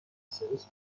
سرویس